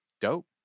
Dope